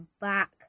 back